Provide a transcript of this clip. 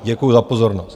Děkuju za pozornost.